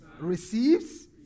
receives